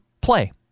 play